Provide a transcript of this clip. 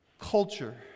culture